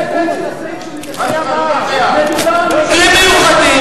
בחלק ב' של הסעיף שהוא מדבר עליו מדובר על מקרים מיוחדים,